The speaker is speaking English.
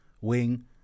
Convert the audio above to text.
wing